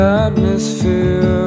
atmosphere